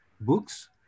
books